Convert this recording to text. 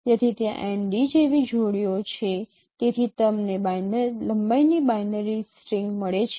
તેથી ત્યાં જેવી જોડીઓ છે તેથી તમને લંબાઈની બાઈનરી સ્ટ્રિંગ મળે છે